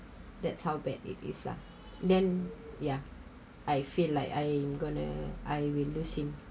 that's how bad it is lah then yeah I feel like I'm going to I will lose him